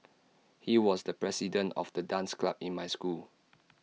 he was the president of the dance club in my school